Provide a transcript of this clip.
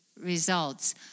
results